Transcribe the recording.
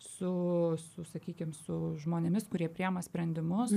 su su sakykim su žmonėmis kurie priima sprendimus